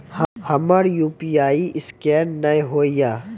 हमर UPI scan नेय हो या?